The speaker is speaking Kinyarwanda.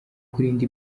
kurinda